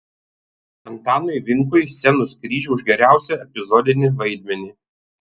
antanui vinkui scenos kryžių už geriausią epizodinį vaidmenį